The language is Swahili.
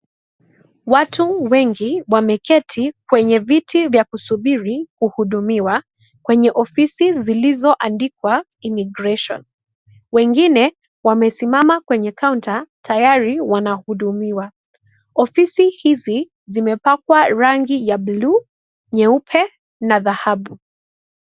Watu wengi wameketi kwenye viti vya kusubiri mhudumiwa kwenye ofisi zilizo andikwa Immigration wengine wamesimama kwenye counter tayari wanahudumiwa ofisi hizi zimepakwa rangi ya blue , nyeupe na dhahabu.